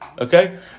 Okay